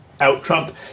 out-Trump